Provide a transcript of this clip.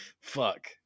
Fuck